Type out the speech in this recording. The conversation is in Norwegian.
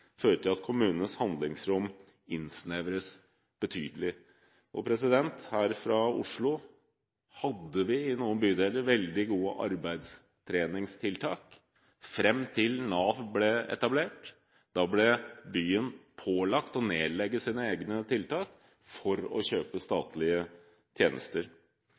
til at kommunenes handlingsrom innsnevres betydelig. Her i Oslo hadde vi i noen bydeler veldig gode arbeidstreningstiltak fram til Nav ble etablert. Da ble byen pålagt å nedlegge sine egne tiltak for å kjøpe statlige tjenester.